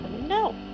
No